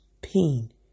pain